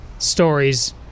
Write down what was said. Stories